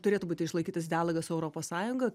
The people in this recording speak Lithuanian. turėtų būti išlaikytas dialogas su europos sąjunga